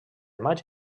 maig